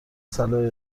صلاح